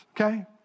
Okay